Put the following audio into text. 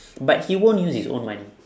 but he won't use his own money